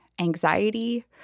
anxiety